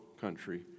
country